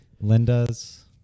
linda's